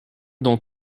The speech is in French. dans